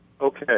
Okay